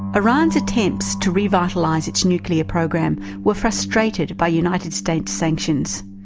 iran's attempts to revitalise its nuclear program were frustrated by united states sanctions.